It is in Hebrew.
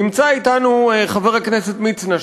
נמצא אתנו חבר הכנסת מצנע,